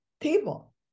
table